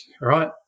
right